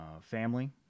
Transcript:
family